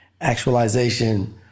actualization